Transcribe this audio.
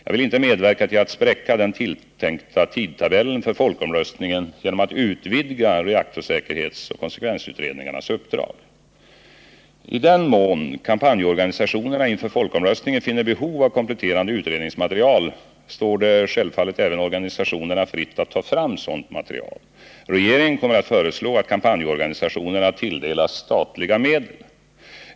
Jag vill inte medverka till att spräcka den tilltänkta tidtabellen för folkomröstningen genom att utvidga reaktorsäkerhetsoch konsekvensutredningarnas uppdrag. I den mån kampanjorganisationerna inför folkomröstningen finner behov av kompletterande utredningsmaterial står det självfallet även organisationerna fritt att ta fram sådant material. Regeringen kommer att föreslå att kampanjorganisationerna tilldelas statliga medel.